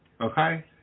Okay